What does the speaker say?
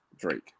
Drake